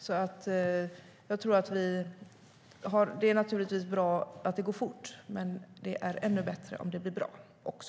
Det är naturligtvis bra att det går fort, men det är ännu bättre om det också blir bra.